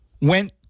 went